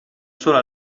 solo